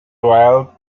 royal